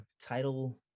title